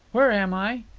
where am i?